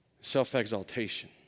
Self-exaltation